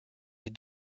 les